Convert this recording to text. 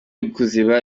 kuziba